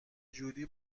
جوری